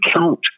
count